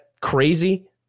crazy